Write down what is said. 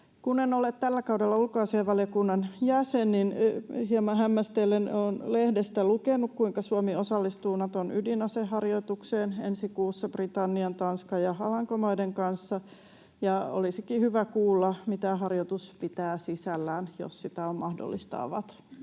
Kun en ole tällä kaudella ulkoasiainvaliokunnan jäsen, niin hieman hämmästellen olen lehdestä lukenut, kuinka Suomi osallistuu Naton ydinaseharjoitukseen ensi kuussa Britannian, Tanskan ja Alankomaiden kanssa. Olisikin hyvä kuulla, mitä harjoitus pitää sisällään, jos sitä on mahdollista avata.